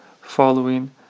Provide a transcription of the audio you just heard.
following